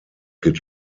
geht